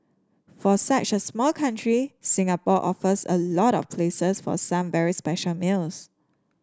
for such a small country Singapore offers a lot of places for some very special meals